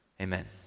Amen